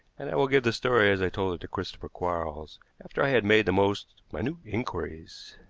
and i will give the story as i told it to christopher quarles after i had made the most minute inquiries.